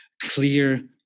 clear